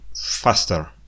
faster